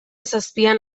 zazpian